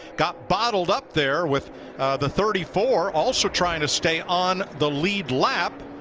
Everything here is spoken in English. got bottled up there with the thirty four also trying to stay on the lead lap.